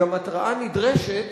התראה נדרשת